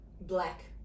Black